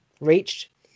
reached